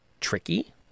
tricky